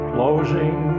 Closing